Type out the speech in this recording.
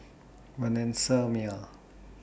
Vanessa Mae